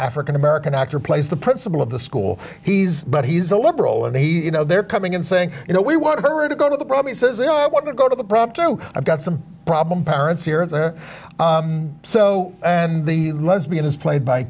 african american actor plays the principal of the school he's but he's a liberal and he you know they're coming in saying you know we want her to go to the probably says i want to go to the prompter i've got some problem parents here and there so and the lesbian is played by